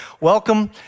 welcome